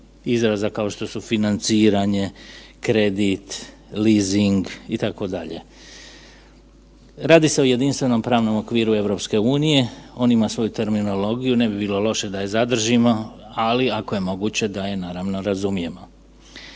izraza kao što su financiranje, kredit, leasing, itd. Radi se o jedinstvenom pravnom okviru EU-e, on ima svoju terminologiju, ne bi bilo loše da je zadržimo, ali kao je moguće, da je naravno, razumijemo.